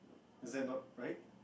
is that not right